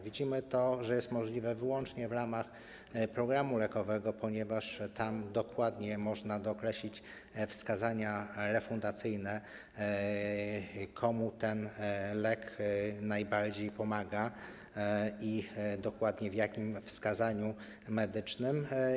Widzimy, że jest to możliwe wyłącznie w ramach programu lekowego, ponieważ tam dokładnie można dookreślić wskazania refundacyjne, komu ten lek najbardziej pomaga i w jakim dokładnie wskazaniu medycznym.